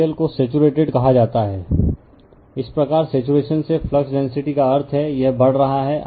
material को saturated कहा जाता है इस प्रकार सैचुरेशन से फ्लक्स डेंसिटी का अर्थ है यह बढ़ रहा है